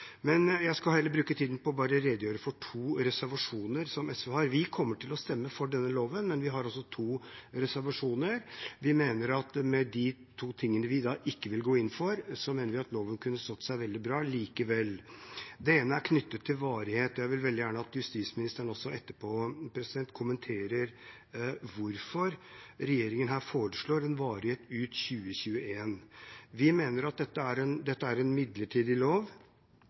Jeg skal heller bruke tiden på å redegjøre for to reservasjoner som SV har. Vi kommer til å stemme for denne loven, men vi har altså to reservasjoner. Vi mener at med de to tingene vi da ikke ville gå inn for, kunne loven stått seg veldig bra likevel. Det ene er knyttet til varighet, og jeg vil veldig gjerne at justisministeren etterpå kommenterer hvorfor regjeringen her foreslår en varighet ut 2021. Dette er en midlertidig lov, og når det er en midlertidig lov,